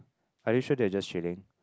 are you sure they're just chilling